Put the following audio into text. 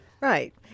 right